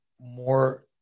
more